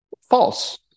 false